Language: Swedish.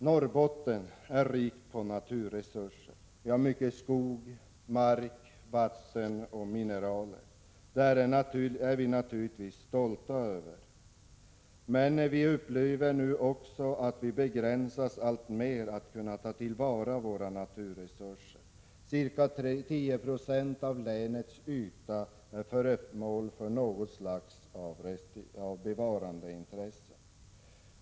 Norrbotten är rikt på naturresurser — mycket skog, mark, vatten och mineraler. Detta är vi naturligtvis stolta över. Men vi upplever nu att vi alltmer begränsas att ta till vara våra naturresurser. Ca 10 96 av länets yta är föremål för något slags bevarandeintresse.